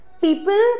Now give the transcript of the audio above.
people